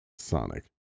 Sonic